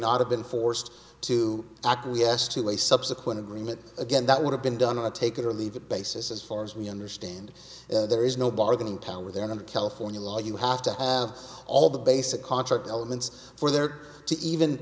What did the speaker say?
not have been forced to acquiesce to a subsequent agreement again that would have been done on a take it or leave it basis as far as we understand there is no bargaining power within the california law you have to have all the basic contract elements for there to even